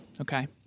Okay